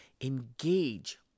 Engage